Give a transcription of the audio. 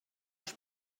els